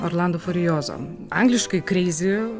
orlando furiozo angliškai kreizi